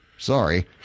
Sorry